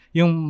Yung